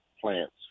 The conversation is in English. plants